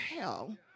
hell